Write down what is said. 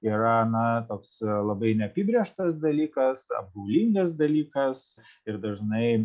yra na toks labai neapibrėžtas dalykas apgaulingas dalykas ir dažnai